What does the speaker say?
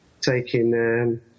taking